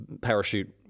parachute